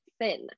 thin